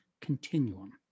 continuum